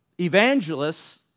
evangelists